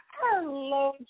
Hello